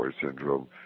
syndrome